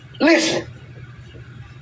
Listen